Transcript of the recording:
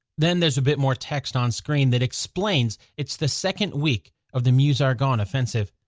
then there's a bit more text on screen that explains it's the second week of the meuse-argonne offensive.